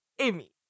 Amy